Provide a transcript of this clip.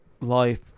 life